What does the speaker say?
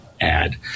add